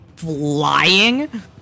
Flying